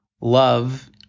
Love